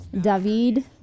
david